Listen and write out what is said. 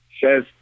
says